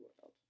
world